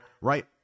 right